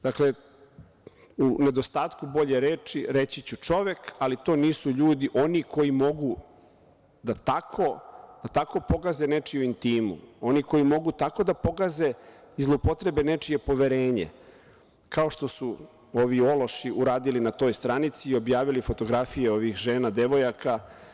Dakle, u nedostatku bolje reči, reći ću „čovek“, ali to nisu ljudi, oni koji mogu da tako pogaze nečiju intimu, oni koji mogu tako da pogaze i zloupotrebe nečije poverenje, kao što su ovi ološi uradili na toj stranici i objavili fotografije ovih žena i devojaka.